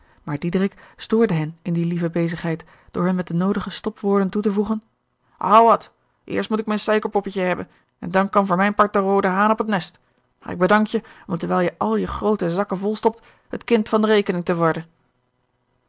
maar diederik stoorde hen in die lieve bezigheid door hun met de noodige stopwoorden toe te voegen hou wat eerst moet ik mijn suikerpoppetje hebben en dan kan voor mijn part de roode haan op het nest maar ik bedank je om terwijl je al je groote zakken vol stopt het kind van de rekening te worden